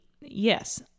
Yes